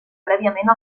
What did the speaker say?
prèviament